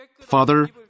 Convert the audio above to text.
Father